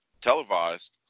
televised